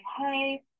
hey